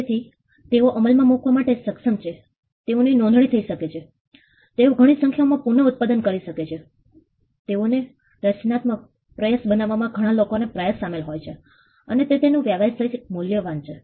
તેથી તેઓ અમલ માં મુકવા માટે સક્ષમ છે તેઓની નોંધણી થઇ શકે છે તેઓ ઘણી સંખ્યાઓમાં પુનઃઉત્પાદન કરી શકે છે તેઓને રચનાત્મક પ્રયાસ બનાવવા માં ઘણા લોકો નો પ્રયાસ સામેલ હોય છે અને તે તેંનું વ્યવસાયિક મૂલ્ય છે